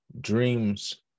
dreams